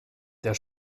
der